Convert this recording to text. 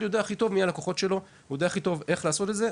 יודע הכי טוב מי הלקוחות שלו ואיך לעשות את זה,